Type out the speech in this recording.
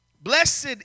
Blessed